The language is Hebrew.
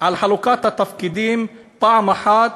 על חלוקת התפקידים פעם אחת